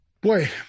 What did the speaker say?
boy